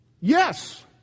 Yes